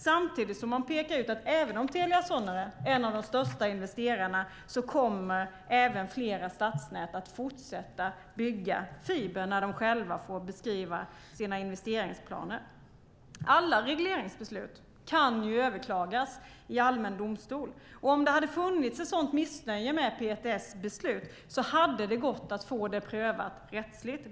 Samtidigt pekar man ut att även om Telia Sonera är en av de största investerarna kommer även flera stadsnät att fortsätta bygga fiber när de själva får beskriva sina investeringsplaner. Alla regleringsbeslut kan överklagas i allmän domstol. Om det hade funnits ett sådant missnöje med PTS beslut hade det gått att få det rättsligt prövat.